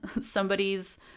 somebody's